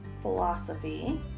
philosophy